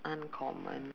uncommon